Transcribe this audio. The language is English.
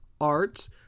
arts